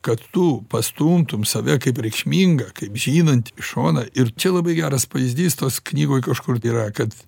kad tu pastumtum save kaip reikšmingą kaip žinantį į šoną ir čia labai geras pavyzdys tos knygoj kažkur yra kad